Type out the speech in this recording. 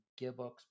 gearbox